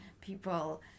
people